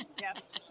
Yes